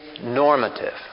normative